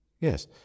yes